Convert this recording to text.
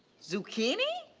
zucchini?